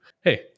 Hey